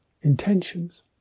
Intentions